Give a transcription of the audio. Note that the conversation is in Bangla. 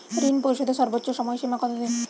ঋণ পরিশোধের সর্বোচ্চ সময় সীমা কত দিন?